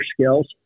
skills